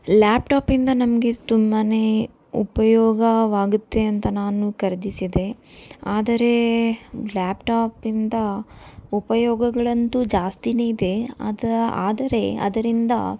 ಲ್ಯಾಪ್ಟಾಪಿಂದ ನಮಗೆ ತುಂಬಾ ಉಪಯೋಗವಾಗುತ್ತೆ ಅಂತ ನಾನು ಖರೀದಿಸಿದೆ ಆದರೆ ಲ್ಯಾಪ್ಟಾಪಿಂದ ಉಪಯೋಗಗಳಂತೂ ಜಾಸ್ತಿಯೇ ಇದೆ ಅದು ಆದರೆ ಅದರಿಂದ